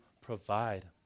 provide